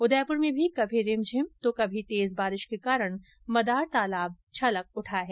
उदयपुर में भी कभी रिमझिम तो कभी तेज बारिश के कारण मदार तालाब छलक उठा है